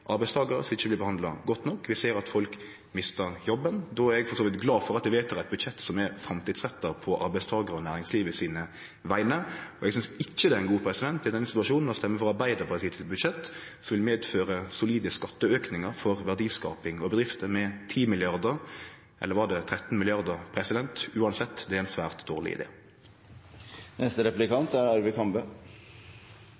arbeidstakarar, som ikkje blir behandla godt nok, og vi ser at folk mistar jobben. Då er eg for så vidt glad for at vi vedtek eit budsjett som er framtidsretta på arbeidstakarane og næringslivet sine vegner. Eg synest ikkje det er ein god idé i denne situasjonen å stemme for Arbeidarpartiets budsjett, som vil medføre solide skatteaukar for verdiskaping og bedrifter på 10 mrd. kr. Eller var det 13 mrd. kr? Uansett: Det er en svært dårleg